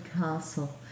castle